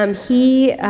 um he,